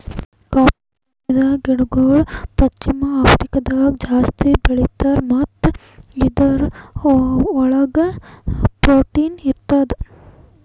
cowpea ಬೀಜದ ಗಿಡಗೊಳ್ ಪಶ್ಚಿಮ ಆಫ್ರಿಕಾದಾಗ್ ಜಾಸ್ತಿ ಬೆಳೀತಾರ್ ಮತ್ತ ಇದುರ್ ಒಳಗ್ ಪ್ರೊಟೀನ್ ಇರ್ತದ